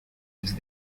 these